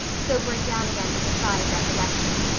sobering down again with a sigh of recollection,